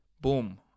Boom